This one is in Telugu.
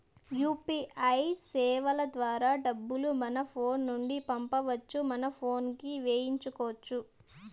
యూ.పీ.ఐ సేవల ద్వారా డబ్బులు మన ఫోను నుండి పంపొచ్చు మన పోనుకి వేపించుకొచ్చు